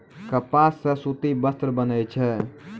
कपास सॅ सूती वस्त्र बनै छै